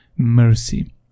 mercy